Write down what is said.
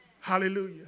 hallelujah